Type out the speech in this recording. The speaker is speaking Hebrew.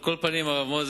על כל פנים, הרב מוזס,